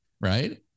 right